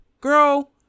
girl